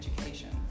education